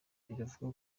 biravugwa